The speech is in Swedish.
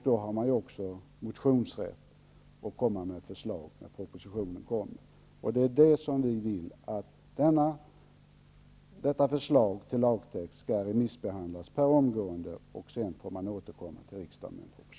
Då har man också motionsrätt, rätt att komma med förslag. Vi vill att detta delbetänkande skickas ut på remiss omgående. Sedan får man återkomma till riksdagen med en proposition.